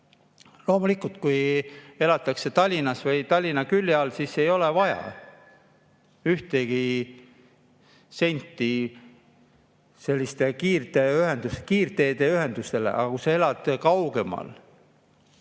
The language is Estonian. Loomulikult, kui elatakse Tallinnas või Tallinna külje all, siis ei ole vaja ühtegi senti sellistele kiirteeühendustele. Aga kui elad kaugemal?